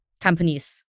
companies